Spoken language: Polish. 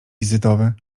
wizytowy